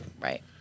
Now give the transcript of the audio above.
Right